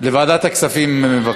לוועדת הכספים.